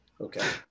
Okay